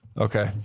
Okay